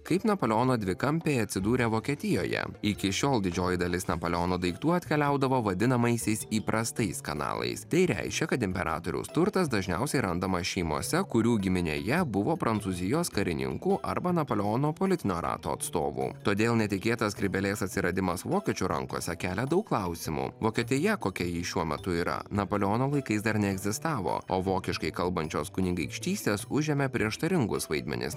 kaip napoleono dvikampė atsidūrė vokietijoje iki šiol didžioji dalis napoleono daiktų atkeliaudavo vadinamaisiais įprastais kanalais tai reiškia kad imperatoriaus turtas dažniausiai randamas šeimose kurių giminėje buvo prancūzijos karininkų arba napoleono politinio rato atstovų todėl netikėtas skrybėlės atsiradimas vokiečių rankose kelia daug klausimų vokietija kokia ji šiuo metu yra napoleono laikais dar neegzistavo o vokiškai kalbančios kunigaikštystės užėmė prieštaringus vaidmenis